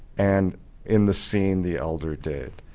and in the scene the elder did.